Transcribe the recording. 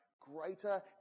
greater